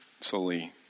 solely